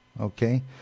okay